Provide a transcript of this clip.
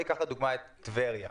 ניקח לדוגמה את טבריה.